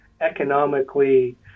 economically